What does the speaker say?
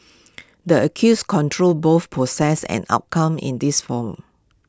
the accused controls both process and outcome in this forum